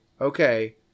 okay